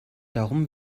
darum